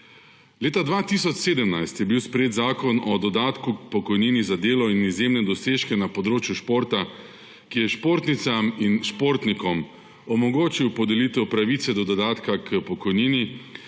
Leta 2017 je bil sprejet Zakon o dodatku k pokojnini za delo in izjemne dosežke na področju športa, ki je športnicam in športnikom omogočil podelitev pravice do dodatka k pokojnini,